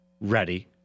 ready